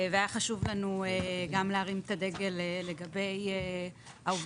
היה חשוב לנו להרים את הדגל לגבי העובדה